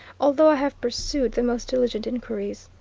although i have pursued the most diligent inquiries.